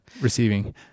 receiving